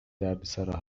دردسرا